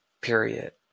period